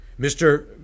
Mr